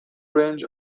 range